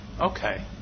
Okay